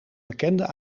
bekende